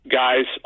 guys